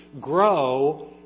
Grow